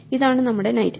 ഇതാണ് നമ്മുടെ നൈറ്റ്